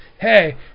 Hey